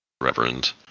Reverend